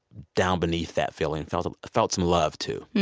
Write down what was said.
down beneath that feeling, felt felt some love too.